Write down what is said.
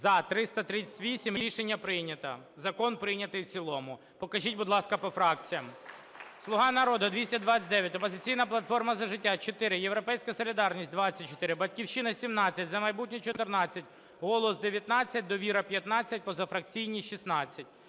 За-338 Рішення прийнято. Закон прийнятий в цілому. Покажіть, будь ласка, по фракціям. "Слуга народу" – 229, "Опозиційна платформа - За життя" – 4, "Європейська солідарність" – 24, "Батьківщина" – 17, "За майбутнє" – 14, "Голос" – 19, "Довіра" – 15, позафракційні – 16.